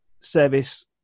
service